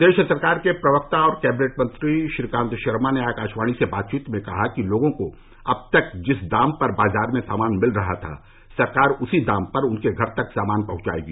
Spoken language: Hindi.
प्रदेश सरकार के प्रवक्ता और कैबिनेट मंत्री श्रीकांत शर्मा ने आकाशवाणी से बातचीत में कहा कि लोगों को अब तक जिस दाम पर बाजार में सामान मिल रहा था सरकार उसी दाम पर उनके घर तक सामान पहुंचाएगी